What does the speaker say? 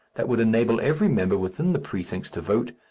that would enable every member within the precincts to vote,